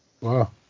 Wow